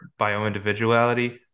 bioindividuality